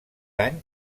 any